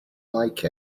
like